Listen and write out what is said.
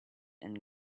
and